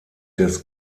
des